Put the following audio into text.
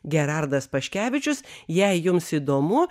gerardas paškevičius jei jums įdomu